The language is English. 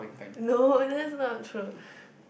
no that's not true